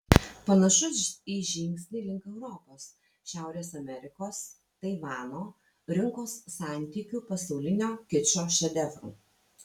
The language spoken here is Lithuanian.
panašus į žingsnį link europos šiaurės amerikos taivano rinkos santykių pasaulinio kičo šedevrų